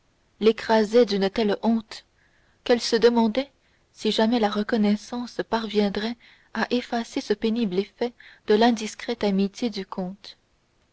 l'écrasait d'une telle honte qu'elle se demandait si jamais la reconnaissance parviendrait à effacer ce pénible effet de l'indiscrète amitié du comte